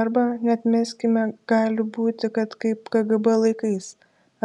arba neatmeskime gali būti kad kaip kgb laikais